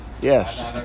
Yes